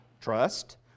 Trust